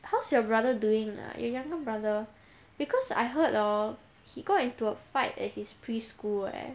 how's your brother doing ah your younger brother because I heard hor he got into a fight at his preschool leh